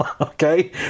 okay